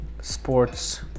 sports